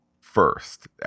first